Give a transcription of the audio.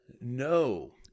no